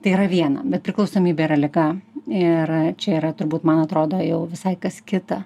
tai yra viena bet priklausomybė yra liga ir čia yra turbūt man atrodo jau visai kas kita